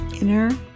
inner